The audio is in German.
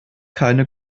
keine